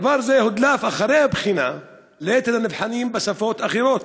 דבר זה הודלף אחרי הבחינה ליתר הנבחנים בשפות אחרות.